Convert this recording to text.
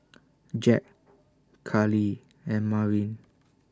Jack Kalie and Marin